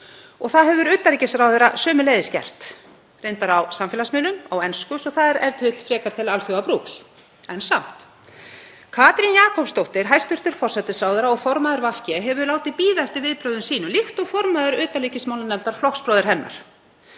og það hefur utanríkisráðherra sömuleiðis gert, reyndar á samfélagsmiðlum á ensku svo það er e.t.v. frekar til alþjóðabrúks, en samt. Katrín Jakobsdóttir. hæstv. forsætisráðherra og formaður VG, hefur látið bíða eftir viðbrögðum sínum líkt og formaður utanríkismálanefndar, flokksbróðir hennar.